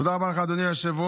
תודה רבה לך, אדוני היושב-ראש.